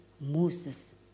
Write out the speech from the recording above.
Moses